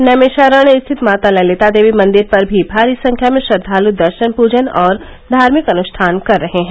नैमिषारण्य स्थित माता ललिता देवी मंदिर पर भी भारी संख्या में श्रद्वाल् दर्शन पूजन और धार्मिक अन्ष्ठान कर रहे हैं